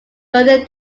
further